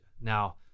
Now